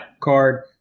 card